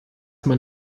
man